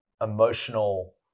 emotional